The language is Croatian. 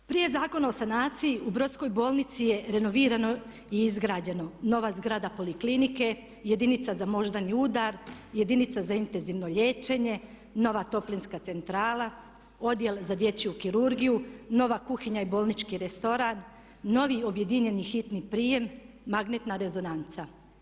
Prije Zakona o sanaciji u Brodskoj bolnici je renovirano i izgrađeno nova zgrada poliklinike, jedinica za moždani udar, jedinica za intenzivno liječenje, nova toplinska centrala, odjel za dječju kirurgiju, nova kuhinja i bolnički restoran, novi objedinjeni hitni prijem, magnetna rezonanca.